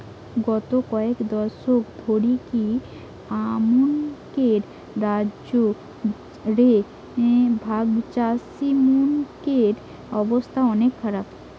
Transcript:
গত কয়েক দশক ধরিকি আমানকের রাজ্য রে ভাগচাষীমনকের অবস্থা অনেক খারাপ